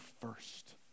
first